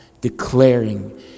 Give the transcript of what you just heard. declaring